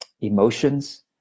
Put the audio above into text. emotions